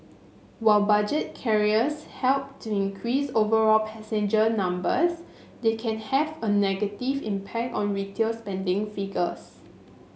while budget carriers help to increase overall passenger numbers they can have a negative impact on retail spending figures